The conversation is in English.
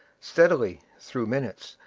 steadily, through minutes,